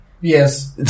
Yes